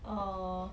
or